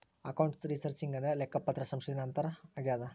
account researching ಅಂದ್ರೆ ಲೆಕ್ಕಪತ್ರ ಸಂಶೋಧನೆ ಅಂತಾರ ಆಗ್ಯದ